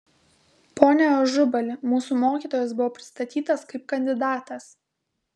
pone ažubali mūsų mokytojas buvo pristatytas kaip kandidatas